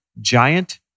giant